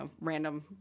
random